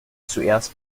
zuerst